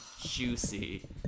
juicy